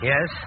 Yes